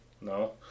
No